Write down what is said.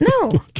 No